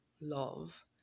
love